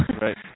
Right